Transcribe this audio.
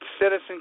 citizen